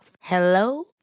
Hello